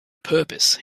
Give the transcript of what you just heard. purpose